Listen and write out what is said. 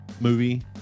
movie